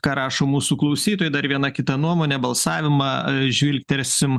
ką rašo mūsų klausytojai dar viena kita nuomonė balsavimą žvilgterėsim